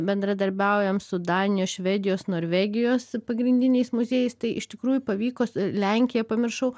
bendradarbiaujam su danijos švedijos norvegijos pagrindiniais muziejais tai iš tikrųjų pavyko lenkiją pamiršau